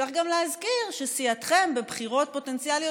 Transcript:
צריך גם להזכיר שסיעתכם בבחירות פוטנציאליות